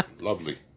lovely